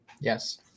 Yes